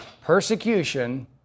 Persecution